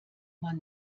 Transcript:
man